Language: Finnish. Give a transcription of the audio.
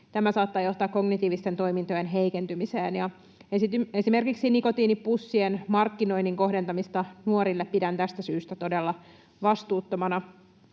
Tämä saattaa johtaa kognitiivisten toimintojen heikentymiseen. Esimerkiksi nikotiinipussien markkinoinnin kohdentamista nuorille pidän tästä syystä todella vastuuttomana.